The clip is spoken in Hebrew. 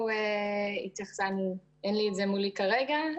אין לי את זה מולי כרגע,